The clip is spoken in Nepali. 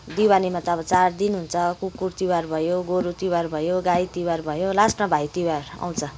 दिवालीमा त अब चार दिन हुन्छ कुकुर तिहार भयो गोरु तिहार भयो गाई तिहार भयो लास्टमा भाइ तिहार आउँछ